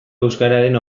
euskararen